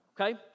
Okay